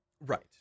Right